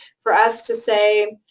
for us to say,